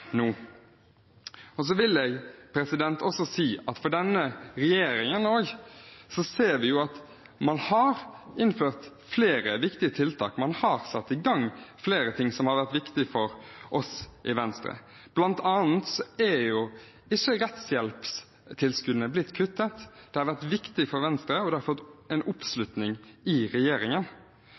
Jeg vil også si at denne regjeringen har innført flere viktige tiltak. Man har satt i gang flere ting som har vært viktige for oss i Venstre. Blant annet er ikke rettshjelpstilskuddene blitt kuttet. Det har vært viktig for Venstre, og det har fått oppslutning i regjeringen.